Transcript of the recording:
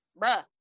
bruh